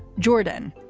jordan,